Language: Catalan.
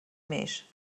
més